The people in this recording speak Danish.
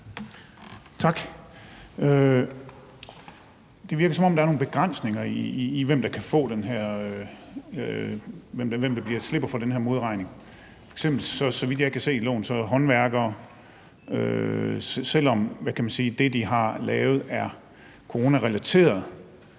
Tak. Det virker, som om der er nogle begrænsninger i, hvem der slipper for den her modregning. F.eks. er håndværkere, så vidt jeg kan se i loven – selv om det, de har lavet, er coronarelateret